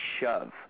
shove